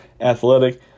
athletic